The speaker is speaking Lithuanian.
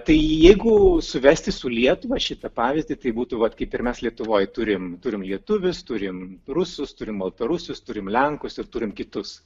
tai jeigu suvesti su lietuva šitą pavyzdį tai būtų vat kaip ir mes lietuvoj turim turim lietuvius turim rusus turim baltarusius turim lenkus ir turim kitus